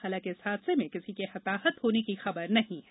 हालांकि इस हादसे में किसी के हताहत होने की खबर नहीं है